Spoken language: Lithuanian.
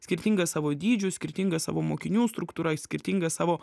skirtinga savo dydžiu skirtinga savo mokinių struktūra ir skirtinga savo